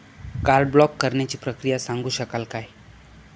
Card block करण्याची प्रक्रिया सांगू शकाल काय?